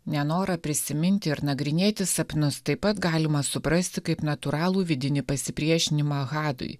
nenorą prisiminti ir nagrinėti sapnus taip pat galima suprasti kaip natūralų vidinį pasipriešinimą hadui